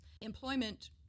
employment